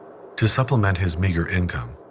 to supplement his meager income,